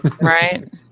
right